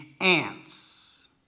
ants